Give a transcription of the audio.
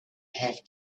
have